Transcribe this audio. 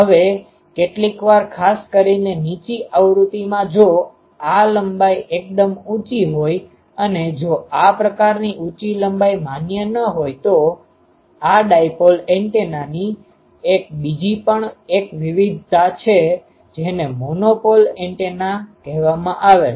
હવે કેટલીકવાર ખાસ કરીને નીચી આવૃત્તિમાં જો આ લંબાઈ એકદમ ઊચી હોય અને જો આ પ્રકારની ઊચી લંબાઈ માન્ય ન હોય તો આ ડાયપોલ એન્ટેનાની એક બીજી પણ એક વિવિધતા છે જેને મોનોપોલ એન્ટેનાmonopole antennaએકધ્રુવી એન્ટેના કહેવામાં આવે છે